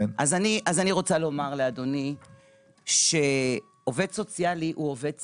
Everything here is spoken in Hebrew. אז אני רוצה לומר לאדוני שעובד סוציאלי הוא עובד ציבור.